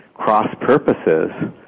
cross-purposes